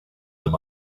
them